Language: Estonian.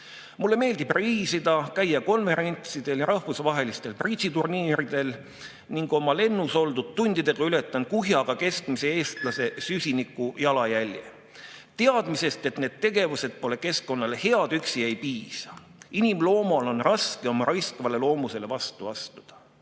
Mulle meeldib reisida, käia konverentsidel ja rahvusvahelistel bridžiturniiridel ning oma lennus oldud tundidega ületan kuhjaga keskmise eestlase süsinikujalajälje. Teadmisest, et need tegevused pole keskkonnale head, üksi ei piisa. Inimeseloomal on raske oma raiskavale loomusele vastu astuda.